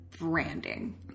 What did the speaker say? branding